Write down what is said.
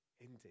indeed